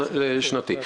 שנתי.